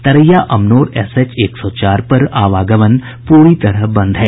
Taraiya Amnour SH एक सौ चार पर आवागमन पूरी तरह बंद है